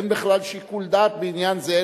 אין בכלל שיקול דעת בעניין זה,